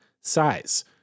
size